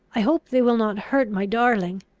i hope they will not hurt my darling!